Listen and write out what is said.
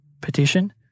petition